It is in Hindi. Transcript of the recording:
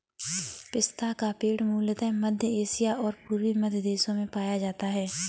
पिस्ता का पेड़ मूलतः मध्य एशिया और पूर्वी मध्य देशों में पाया जाता है